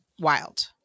wild